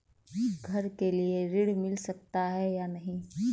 घर के लिए ऋण मिल सकता है या नहीं?